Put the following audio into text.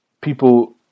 people